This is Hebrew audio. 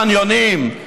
באיזה חניונים,